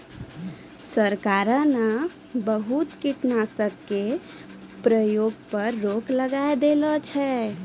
सरकार न बहुत कीटनाशक के प्रयोग पर रोक लगाय देने छै